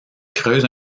creuse